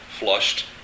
flushed